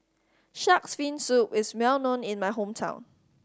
Shark's Fin Soup is well known in my hometown